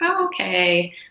okay